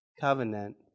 covenant